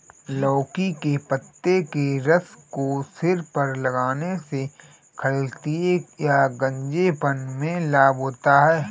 लौकी के पत्ते के रस को सिर पर लगाने से खालित्य या गंजेपन में लाभ होता है